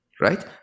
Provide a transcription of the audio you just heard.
right